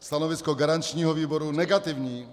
Stanovisko garančního výboru negativní.